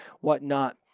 whatnot